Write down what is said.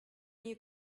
new